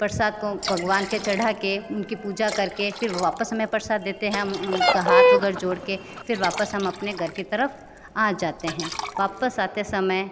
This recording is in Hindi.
प्रसाद को भगवान के चढ़ा के उनकी पूजा करके फ़िर वापस हमें प्रसाद देते हैं हम उनका हाथ वगैरह जोड़ के फ़िर वापस हम अपने घर की तरफ़ आ जाते हैं वापस आते समय